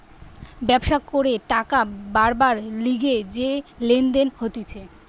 ব্যবসা করে টাকা বারবার লিগে যে লেনদেন হতিছে